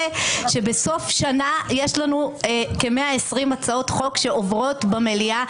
שבסוף שנה יש לנו כ-120 הצעות חוק שעוברות במליאה,